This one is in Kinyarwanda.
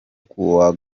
kuwa